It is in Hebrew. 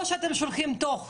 או שאתם שולחים תוך,